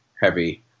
heavy